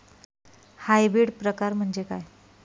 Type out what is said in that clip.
Hybrid प्रकार म्हणजे काय?